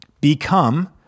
become